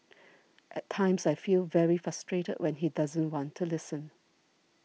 at times I feel very frustrated when he doesn't want to listen